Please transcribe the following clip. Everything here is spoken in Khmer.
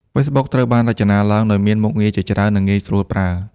Facebook ត្រូវបានរចនាឡើងដោយមាន មុខងារជាច្រើននិងងាយស្រួលប្រើ។